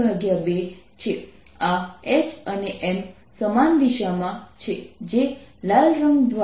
rsinθω તેથી આપણે જોઈ શકીએ છીએ કે આ સરફેસ એલિમેન્ટ દિશા સાથે આગળ વધે છે